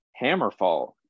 Hammerfall